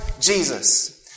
Jesus